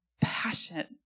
passion